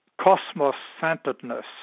cosmos-centeredness